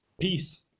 peace